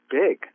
big